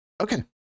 okay